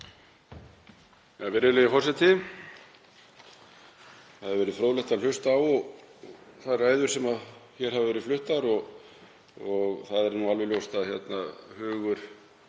Virðulegur forseti. Það hefur verið fróðlegt að hlusta á þær ræður sem hér hafa verið fluttar. Það er alveg ljóst að hugur